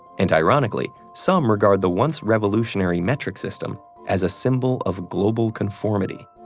and ironically, some regard the once revolutionary metric system as a symbol of global conformity.